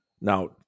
now